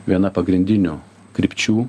viena pagrindinių krypčių